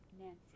Nancy